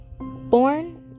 Born